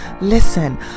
Listen